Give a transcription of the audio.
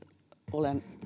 olen